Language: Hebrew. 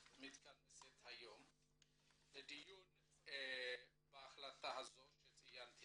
מתכנסת היום לדיון בהחלטה הזו שציינתי,